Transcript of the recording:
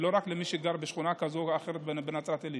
ולא רק ממי שגר בשכונה כזאת או אחרת בנצרת עילית.